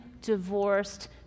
divorced